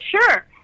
Sure